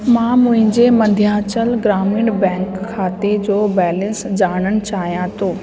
मां मुंहिंजे मध्यांचल ग्रामीण बैंक खाते जो बैलेंस ॼाणण चाहियां थो